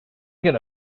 going